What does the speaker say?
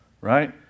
right